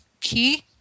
key